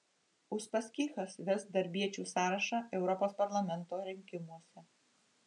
uspaskichas ves darbiečių sąrašą europos parlamento rinkimuose